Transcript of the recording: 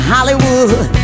Hollywood